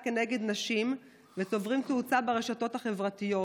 נגד נשים שצוברים תאוצה ברשתות החברתיות.